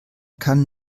kann